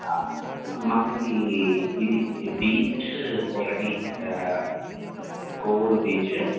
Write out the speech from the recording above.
మనకీ ఇది బీచు ఒకటి కొవ్వూరు బీచు